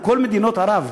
כל מדינות ערב,